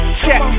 check